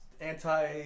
anti